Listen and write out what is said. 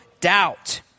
doubt